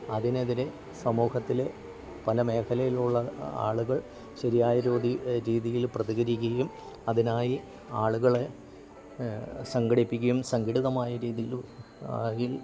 അതിന് എതിരെ സമൂഹത്തിലെ പല മേഖലയിലുള്ള ആളുകൾ ശരിയായ രീതി രീതിയിൽ പ്രതികരിക്കുകയും അതിനായി ആളുകളെ സംഘടിപ്പിക്കുകയും സങ്കടിതമായ രീതിയിൽ ഇൽ